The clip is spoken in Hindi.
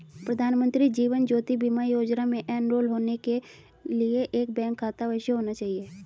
प्रधानमंत्री जीवन ज्योति बीमा योजना में एनरोल होने के लिए एक बैंक खाता अवश्य होना चाहिए